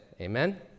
Amen